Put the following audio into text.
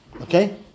Okay